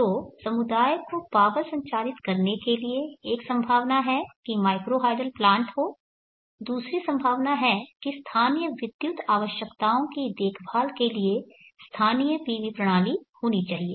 तो समुदाय को पावर संचारित करने के लिए एक संभावना है कि माइक्रो हाइडल प्लांट हो और दूसरी संभावना है कि स्थानीय विद्युत आवश्यकताओं की देखभाल के लिए स्थानीय PV प्रणाली होनी चाहिए